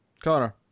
Connor